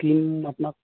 cream আপোনাক